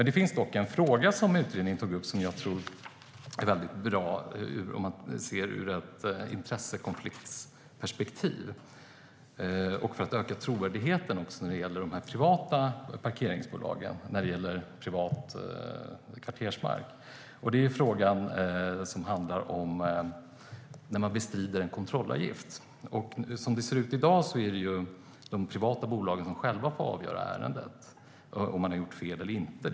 Det finns dock en fråga som jag tycker att det är bra, dels ur ett intressekonfliktsperspektiv, dels för att öka trovärdigheten i fråga om de privata parkeringsbolagen när det gäller privat kvartersmark, att utredningen tog upp. Det är frågan som handlar om när någon bestrider en kontrollavgift. Som det ser ut i dag är det de privata bolagen som själva får avgöra ärendet - om man har gjort fel eller inte.